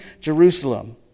Jerusalem